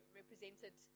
represented